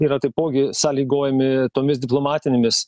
yra taipogi sąlygojami tomis diplomatinėmis